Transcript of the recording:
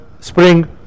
spring